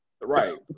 Right